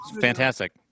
fantastic